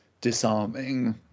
disarming